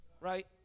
right